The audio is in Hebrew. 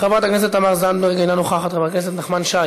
חבר הכנסת אמיר אוחנה, אינו נוכח,